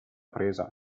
presa